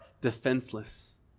defenseless